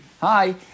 hi